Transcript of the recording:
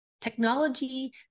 technology